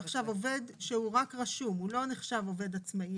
עובד שהוא רק רשום, הוא לא נחשב אצלכם עובד עצמאי,